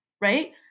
right